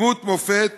דמות מופת,